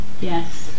Yes